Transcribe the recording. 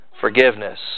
forgiveness